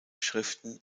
schriften